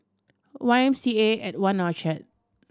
Y M C A at One Orchard